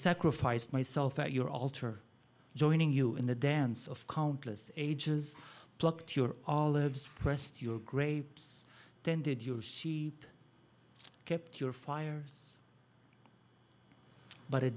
sacrificed myself at your altar joining you in the dance of countless ages plucked your olives pressed your grapes tended you she kept your fires but a